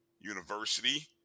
University